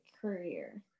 career